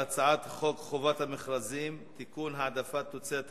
ואז 11. הצעת החוק עוברת לוועדת החוקה,